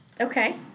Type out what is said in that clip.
Okay